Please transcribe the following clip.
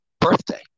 birthday